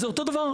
אז זה אותו דבר.